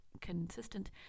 consistent